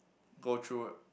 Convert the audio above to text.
go through